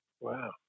Wow